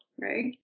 right